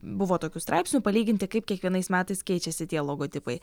buvo tokių straipsnių palyginti kaip kiekvienais metais keičiasi tie logotipai